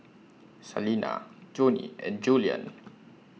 Salena Joni and Julien